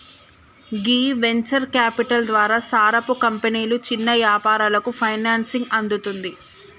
గీ venture capital ద్వారా సారపు కంపెనీలు చిన్న యాపారాలకు ఫైనాన్సింగ్ అందుతుంది